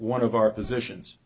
one of our positions